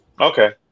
Okay